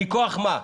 מכוח מה?